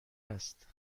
است